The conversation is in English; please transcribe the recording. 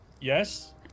yes